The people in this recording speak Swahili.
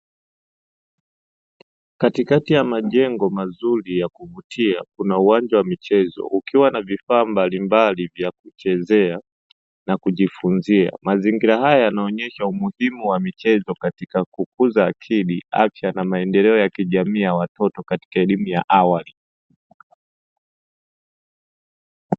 Katikati ya majengo mazuri ya kuvutia kuna uwanja wa michezo, ukiwa na vifaa mbalimbali vya kuchezea na kujifunzia. Mazingira haya yanaonyesha umuhimu wa michezo katika kukuza akili, afya na maendeleo ya kijamii ya watoto katika elimu ya awali.